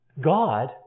God